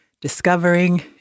discovering